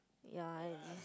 ya